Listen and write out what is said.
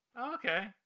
okay